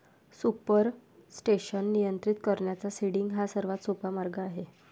supersaturation नियंत्रित करण्याचा seeding हा सर्वात सोपा मार्ग आहे